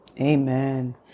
Amen